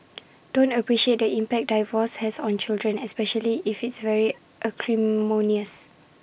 don't appreciate the impact divorce has on children especially if it's very acrimonious